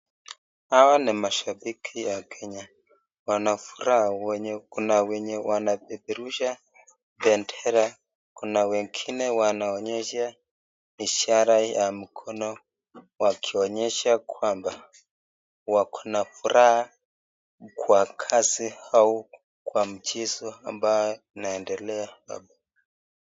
Hawa ni mashapiki wa kenya wako na furaha Kuna wenye wanapeperusha pendera Kuna wengine wanonyesha ishara ya mkono wakionyeshwa kwamba wako na furaha kwa kazi au mchezo ambayo inaendelea hapa.